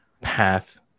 path